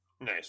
Nice